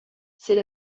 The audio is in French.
c’est